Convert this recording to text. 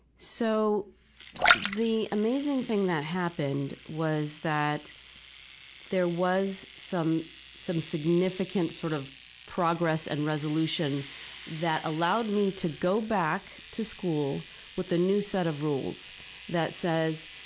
so the amazing thing that happened was that there was some some significant sort of progress and resolution that allowed me to go back to school with a new set of rules that says,